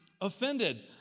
offended